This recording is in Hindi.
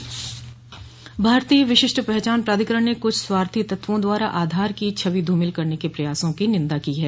भारतीय विशिष्ट पहचान प्राधिकरण ने कुछ स्वार्थी तत्वों द्वारा आधार की छवि धूमिल करने के प्रयासों की निंदा की है